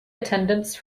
attendance